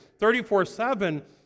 34-7